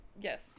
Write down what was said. yes